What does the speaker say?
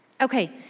Okay